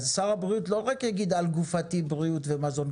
אז שר הבריאות לא רק יגיד: על גופתי בריאות ומזון,